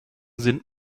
sind